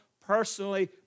personally